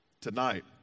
tonight